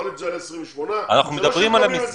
יכול להיות שזה יעלה 28 --- אנחנו מדברים על המסגרת.